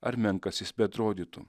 ar menkas jis beatrodytų